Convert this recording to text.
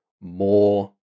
more